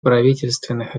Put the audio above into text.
правительственных